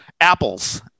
apples